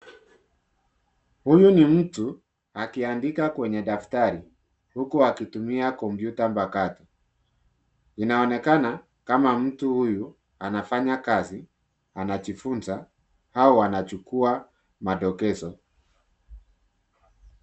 Huyu ni mtu akiandika kwenye daftari, huku akitumia kompyuta mpakato. Inaonekana kama mtu huyu anafanya kazi, anajifunza au anachukua madokezo.